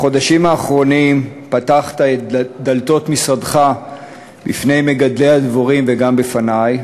בחודשים האחרונים פתחת את דלתות משרדך בפני מגדלי הדבורים וגם בפני,